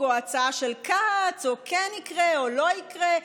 או ההצעה של כץ או כן יקרה או לא יקרה,